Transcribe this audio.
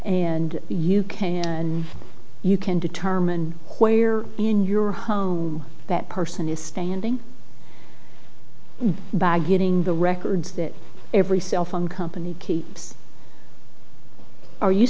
and you can and you can determine where in your home that person is standing by getting the records that every cell phone company keeps are you